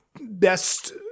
best